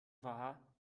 war